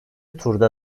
turda